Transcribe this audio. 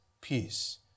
peace